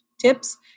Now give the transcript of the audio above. tips